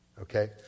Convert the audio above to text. okay